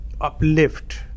uplift